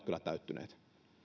kyllä täyttyneet